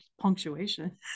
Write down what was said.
punctuation